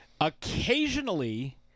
Occasionally